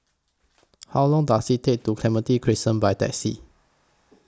How Long Does IT Take to Clementi Crescent By Taxi